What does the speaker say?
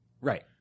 Right